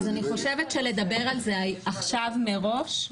לדבר על זה עכשיו מראש,